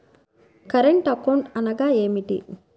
Current account అనగా ఏమిటి?